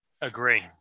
Agree